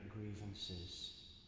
grievances